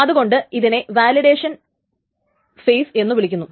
അതു കൊണ്ടാണ് അതിനെ വാലിഡേഷൻ ഫെയ്സ് എന്ന് വിളിക്കുന്നത്